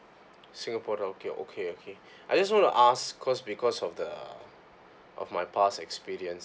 singapore okay okay I just want to ask cause because of the of my past experience